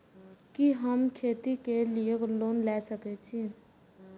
कि हम खेती के लिऐ लोन ले सके छी?